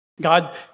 God